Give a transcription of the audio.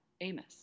Amos